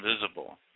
invisible